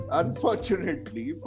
unfortunately